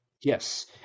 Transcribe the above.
Yes